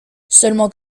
seulement